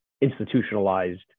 institutionalized